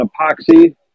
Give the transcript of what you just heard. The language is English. epoxy